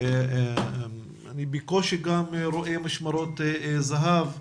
אני בקושי גם רואה משמרות זה"ב,